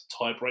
tiebreak